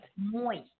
Moist